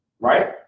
right